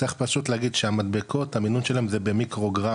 צריך פשוט להגיד שהמדבקות המינון שלהם זה במיקרוגרם,